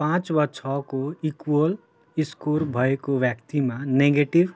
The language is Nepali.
पाँच वा छ को इक्वल स्कोर भएको व्यक्तिमा नेगेटिभ